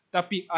Tapi